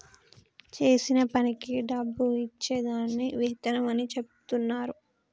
చేసిన పనికి డబ్బు ఇచ్చే దాన్ని వేతనం అని చెచెప్తున్నరు